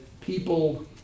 people